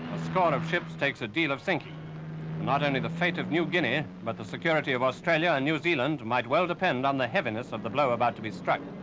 score of ships takes a deal of sinking. and not only the fate of new guinea, but the security of australia and new zealand might well depend on the heaviness of the blow about to be struck.